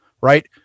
right